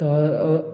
त और